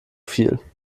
viel